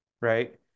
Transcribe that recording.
right